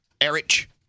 Eric